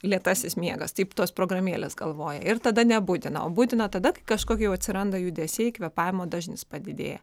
lėtasis miegas taip tos programėlės galvoja ir tada nebudina o budina tada kai kažkokia jau atsiranda judesiai kvėpavimo dažnis padidėja